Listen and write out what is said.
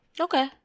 Okay